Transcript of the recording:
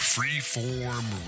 Freeform